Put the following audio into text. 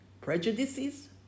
prejudices